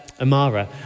Amara